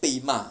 被骂